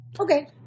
Okay